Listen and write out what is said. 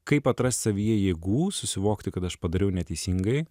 kaip atrasti savyje jėgų susivokti kad aš padariau neteisingai